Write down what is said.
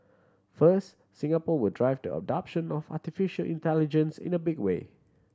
first Singapore will drive the adoption of artificial intelligence in a big way